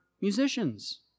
musicians